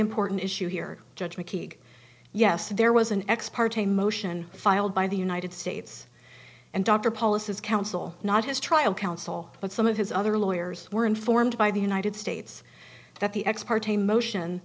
important issue here judge mckeague yes there was an ex parte motion filed by the united states and dr policies counsel not his trial counsel but some of his other lawyers were informed by the united states that the ex parte motion